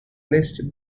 list